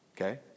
Okay